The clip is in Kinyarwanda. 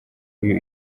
uyu